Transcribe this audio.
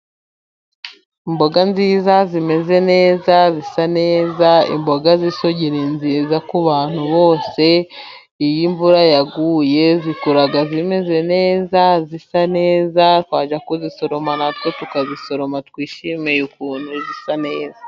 Imboga nziza, zimeze neza, zisa neza. Imboga z'isogi ni nziza ku bantu bose. Iyo imvura yaguye zikura zimeze neza, zisa neza, twajya kuzisoroma na twe tukazisoroma twishimiye ukuntu zisa neza.